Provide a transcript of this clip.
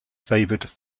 favored